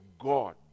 God